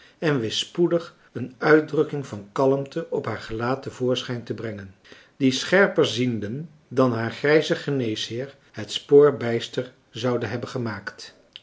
en wist spoedig een uitdrukking van kalmte op haar gelaat te voorschijn te brengen die scherperzienden dan haar grijzen geneesheer het spoor bijster zou hebben gemaakt